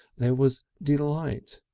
there was delight,